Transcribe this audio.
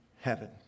heaven